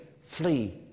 flee